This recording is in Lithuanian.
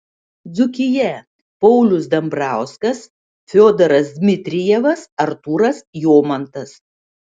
dzūkija paulius dambrauskas fiodoras dmitrijevas artūras jomantas